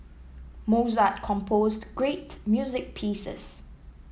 Mozart composed great music pieces